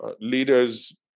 leaders